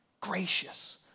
gracious